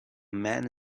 man